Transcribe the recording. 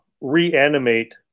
reanimate